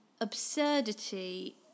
absurdity